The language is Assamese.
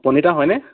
প্ৰণীতা হয়নে